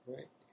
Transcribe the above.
Right